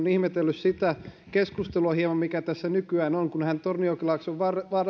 on ihmetellyt hieman sitä keskustelua mikä tässä nykyään on kun hän tornionjokilaaksosta